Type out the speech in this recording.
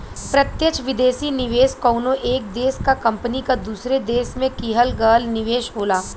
प्रत्यक्ष विदेशी निवेश कउनो एक देश क कंपनी क दूसरे देश में किहल गयल निवेश होला